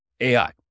AI